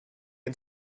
and